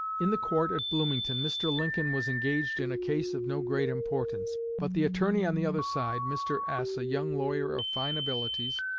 in the court at bloomington mr. lincoln was engaged in a case of no great importance but the attorney on the other side, mr. s, a young lawyer of fine abilities,